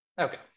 Okay